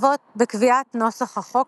בקביעת נוסח החוק